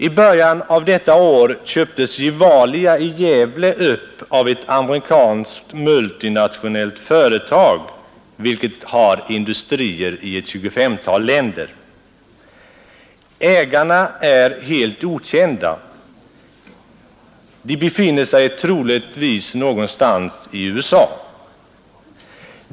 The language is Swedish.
I början av detta år köptes Gevalia i Gävle upp av ett amerikanskt multinationellt företag, vilket har industrier i ett 25-tal länder. Ägarna är helt okända. De befinner sig troligtvis någonstans i USA.